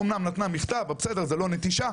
אמנם נתנה מכתב, אז בסדר, זו לא נטישה,